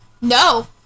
no